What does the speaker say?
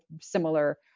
similar